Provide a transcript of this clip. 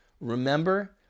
Remember